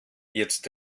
jetzt